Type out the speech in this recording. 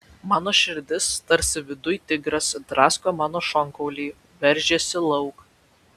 mano širdis tarsi viduj tigras drasko mano šonkaulį veržiasi lauk